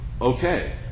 Okay